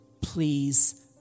please